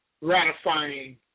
ratifying